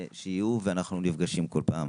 ילדים, ואנחנו נפגשים כל פעם.